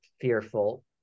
fearful